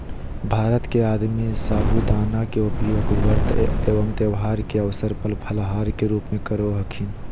भारत में आदमी साबूदाना के उपयोग व्रत एवं त्यौहार के अवसर पर फलाहार के रूप में करो हखिन